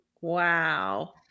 Wow